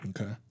Okay